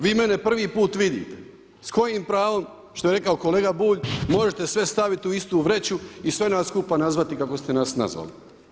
Vi mene prvi put vidite, s kojim pravom što je rekao kolega Bulj možete sve staviti u istu vreću i sve nas skupa nazvati kako ste nas nazvali?